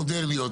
מודרניות,